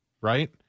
right